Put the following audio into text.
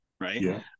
Right